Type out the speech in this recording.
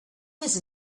was